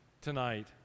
tonight